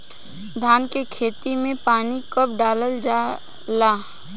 धान के खेत मे पानी कब डालल जा ला?